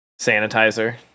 sanitizer